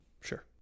sure